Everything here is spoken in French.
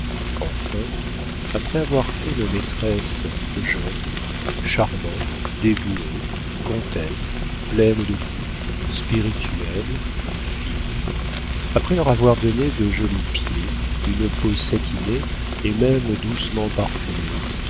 enfin après avoir fait nos maîtresses jeunes charmantes dévouées comtesses pleines de goût spirituelles fines après leur avoir donné de jolis pieds une peau satinée et même doucement parfumée